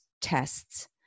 tests